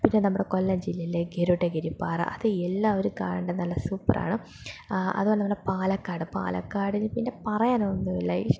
പിന്നെ നമ്മുടെ കൊല്ലം ജില്ലയിലെ ഗരുഡഗിരിപ്പാറ അത് എല്ലാവരും കാണേണ്ട നല്ല സൂപ്പറാണ് അതുപോല നമ്മുടെ പാലക്കാട് പാലക്കാടിനു പിന്നെ പറയാനൊന്നുമില്ല ഇഷ്ടം